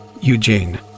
Eugene